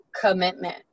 commitment